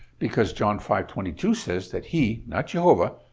because john five twenty two says that he, not jehovah,